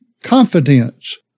Confidence